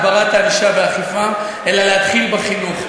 הגברת הענישה ואכיפה, אלא להתחיל בחינוך,